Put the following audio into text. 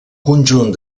conjunt